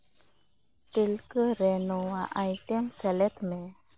ᱛᱤᱞᱠᱟᱹ ᱨᱮ ᱱᱚᱣᱟ ᱟᱭᱴᱮᱢ ᱥᱮᱞᱮᱫ ᱢᱮ